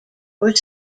were